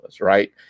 right